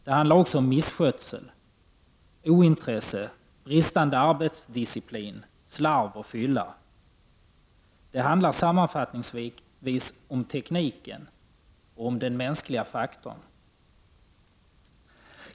Det handlar också om misskötsel, ointresse, bristande arbetsdisciplin samt slarv och fylla. Det handlar sammanfattningsvis om tekniken och om den mänskliga faktorn!